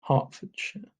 hertfordshire